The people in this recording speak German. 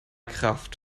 kraft